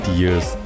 years